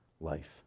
life